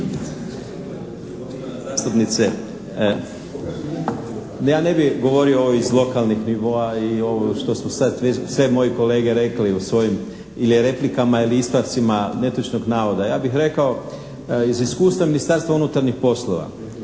zastupnice, ja ne bi govorio o ovim iz lokalnih nivoa i što su sad sve moji kolege rekli u svojim ili replikama ili ispravcima netočnog navoda. Ja bih rekao iz iskustva Ministarstva unutarnjih poslova